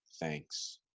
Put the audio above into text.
thanks